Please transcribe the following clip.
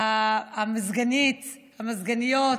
המזגנית, המזגניות,